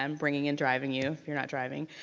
um bringing and driving you, you're not driving.